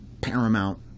paramount